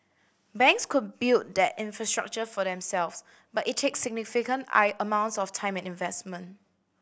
banks could build that infrastructure for themselves but it takes significant I amounts of time and investment